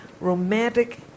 romantic